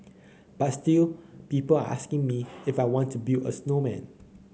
but still people are asking me if I want to build a snowman